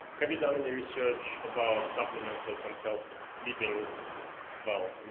have you done any research about supplements that can help sleeping well,